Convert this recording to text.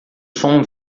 som